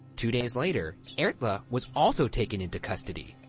two days later, erla was also taken into custody.